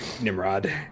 nimrod